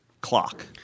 clock